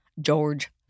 George